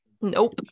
Nope